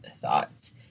thoughts